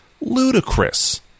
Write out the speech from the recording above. ludicrous